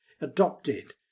adopted